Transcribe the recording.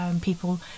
people